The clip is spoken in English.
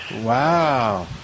Wow